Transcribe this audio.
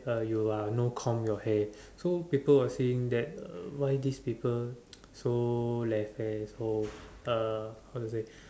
uh you are no comb your hair so people will saying that why this people so lazy so uh how to say